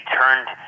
turned